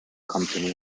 company